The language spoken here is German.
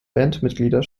bandmitglieder